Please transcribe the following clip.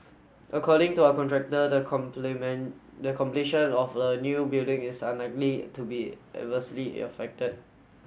according to our contractor the the completion of the new building is unlikely to be adversely affected